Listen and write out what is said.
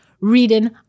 Reading